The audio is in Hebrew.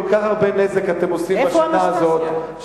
כל כך הרבה נזק אתם עושים בשנה הזאת,